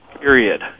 period